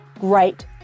great